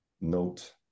note